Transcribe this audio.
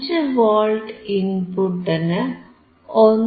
5 volt ഇൻപുട്ടിന് 1